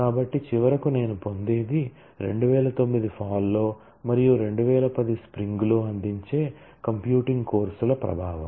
కాబట్టి చివరకు నేను పొందేది 2009 ఫాల్ లో మరియు 2010 స్ప్రింగ్ లో అందించే కంప్యూటింగ్ కోర్సుల ప్రభావం